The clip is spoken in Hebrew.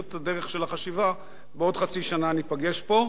בעוד חצי שנה ניפגש פה ושוב נדון בכך.